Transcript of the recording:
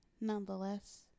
Nonetheless